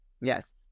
Yes